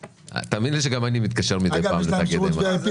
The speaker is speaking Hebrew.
תאמין לי שגם אני מתקשר מדי פעם לתאגידי מים.